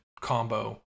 combo